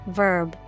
verb